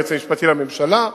ליועץ המשפטי לממשלה,